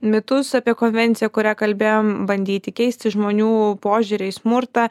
mitus apie konvenciją kurią kalbėjom bandyti keisti žmonių požiūrį į smurtą